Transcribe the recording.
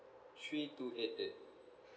three two eight eight